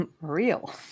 real